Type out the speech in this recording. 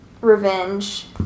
revenge